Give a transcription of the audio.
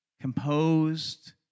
composed